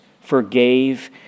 forgave